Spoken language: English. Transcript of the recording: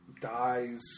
dies